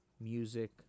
music